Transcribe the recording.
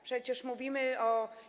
Przecież mówimy o.